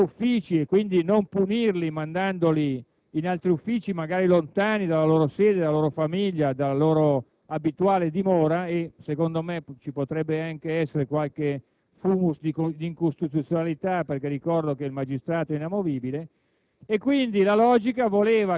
logica avrebbe voluto che tornassero nei loro uffici, invece di punirli mandandoli in altri uffici, magari lontani dalla loro sede, dalla loro famiglia, dalla loro abituale dimora (e, secondo me, ci potrebbe anche essere qualche